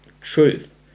truth